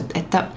että